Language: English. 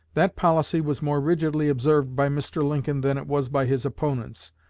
that policy was more rigidly observed by mr. lincoln than it was by his opponents,